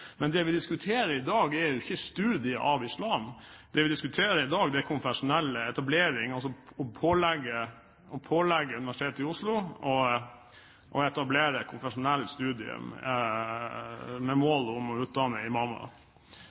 Men det vi diskuterer i dag, er jo ikke studier i islam. Det vi diskuterer i dag, er konfesjonell etablering, altså å pålegge Universitetet i Oslo å etablere et konfesjonelt studium med det mål å utdanne